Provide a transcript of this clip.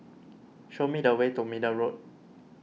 show me the way to Middle Road